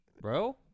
bro